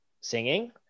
singing